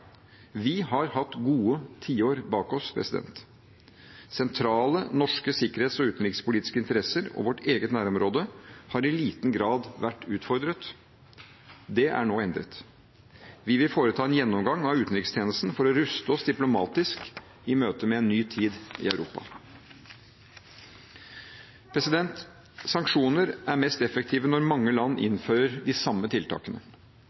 Vi har hatt gode tiår bak oss. Sentrale norske sikkerhets- og utenrikspolitiske interesser, og vårt eget nærområde, har i liten grad vært utfordret. Det er nå endret. Vi vil foreta en gjennomgang av utenrikstjenesten for å ruste oss diplomatisk i møtet med en ny tid i Europa. Sanksjoner er mest effektive når mange land innfører de samme tiltakene.